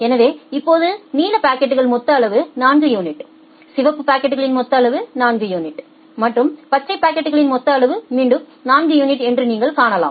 எனவே இப்போது நீல பாக்கெட்கள் மொத்த அளவு 4 யூனிட் சிவப்பு பாக்கெட்களின் மொத்த அளவு 4 யூனிட் மற்றும் பச்சை பாக்கெட்களின் மொத்த அளவு மீண்டும் 4 யூனிட் என்று நீங்கள் காணலாம்